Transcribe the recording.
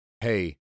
hey